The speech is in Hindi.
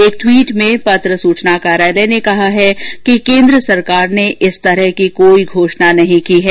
एक ट्वीट में पत्र सुचना कार्यालय पीआईबी ने कहा है कि केन्द्र सरकार ने इस तरह की कोई घोषणा नहीं की है